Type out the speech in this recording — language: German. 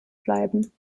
bleiben